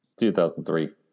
2003